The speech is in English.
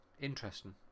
interesting